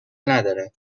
ندارد